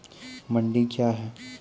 मंडी क्या हैं?